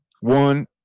One